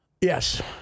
Yes